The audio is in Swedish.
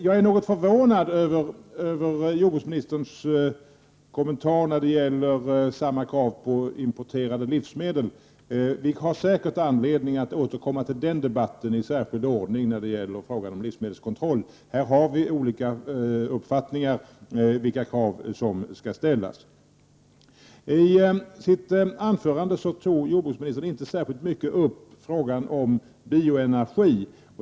Jag är något förvånad över jordbruksministerns kommentar till att ställa samma krav på importerade livsmedel som på svenska livsmedel. Vi får säkert anledning att i debatten i särskild ordning återkomma till frågan om livsmedelskontroll. Här har vi olika uppfattningar om vilka krav som skall ställas. I sitt anförande tog jordbruksministern inte särskilt mycket upp frågan om bioenergi.